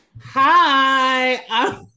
Hi